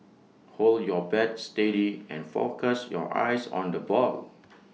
hold your bat steady and focus your eyes on the ball